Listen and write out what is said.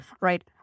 right